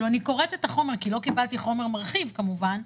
אני קוראת את החומר כי לא קיבלתי חומר מרחיב כמובן.